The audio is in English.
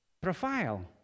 profile